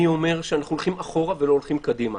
אני אומר שאנחנו הולכים אחורה, ולא הולכים קדימה.